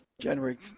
January